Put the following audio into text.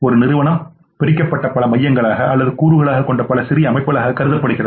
ஒரு நிறுவனம் பிரிக்கப்பட்ட பல மையங்களாக அல்லது கூறுகளாக கொண்ட பல சிறிய அமைப்புகளாக கருதப்படுகிறது